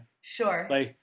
Sure